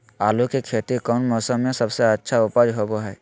आलू की खेती कौन मौसम में सबसे अच्छा उपज होबो हय?